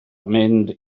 mynd